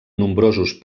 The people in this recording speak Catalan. nombrosos